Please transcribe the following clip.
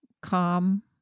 calm